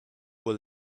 were